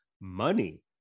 Money